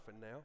now